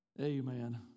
Amen